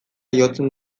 jotzen